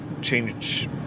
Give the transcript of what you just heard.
change